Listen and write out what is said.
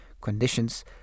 conditions